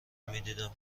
میدیدم